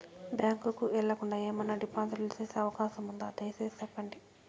Bank కు వెళ్లకుండా, ఏమన్నా డిపాజిట్లు సేసే అవకాశం ఉందా, దయసేసి సెప్పండి?